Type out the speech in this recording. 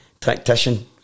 tactician